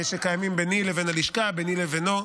ביני לבינו,